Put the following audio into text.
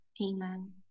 Amen